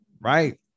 right